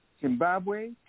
Zimbabwe